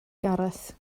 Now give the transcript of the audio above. gareth